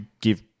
give